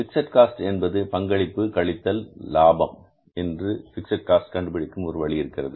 fixed cost என்பது பங்களிப்பு கழித்தல் லாபம் என்று பிக்ஸட் காஸ்ட் கண்டுபிடிக்கும் ஒரு வழி இருக்கிறது